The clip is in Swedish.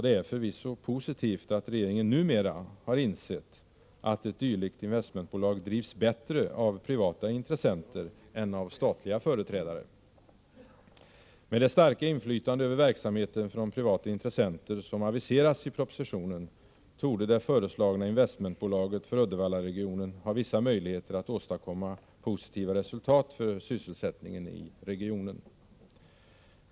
Det är förvisso positivt att regeringen numera har insett att ett dylikt investmentbolag drivs bättre av privata intressenter än av statliga företrädare. Med det starka inflytande över verksamheten från privata intressenter som aviseras i propositionen torde det föreslagna investmentbolaget för Uddevallaregionen ha vissa möjligheter att åstadkomma positiva resultat för sysselsättningen i regionen.